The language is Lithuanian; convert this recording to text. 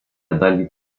dalį